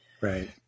Right